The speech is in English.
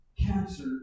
cancer